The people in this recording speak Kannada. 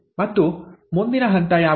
ಮತ್ತು ಮುಂದಿನ ಹಂತ ಯಾವುದು